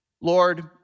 Lord